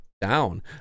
down